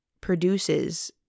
produces